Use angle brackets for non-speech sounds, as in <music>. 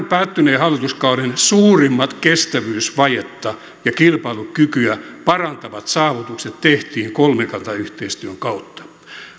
<unintelligible> päättyneen hallituskauden suurimmat kestävyysvajetta ja kilpailukykyä parantavat saavutukset tehtiin kolmikantayhteistyön kautta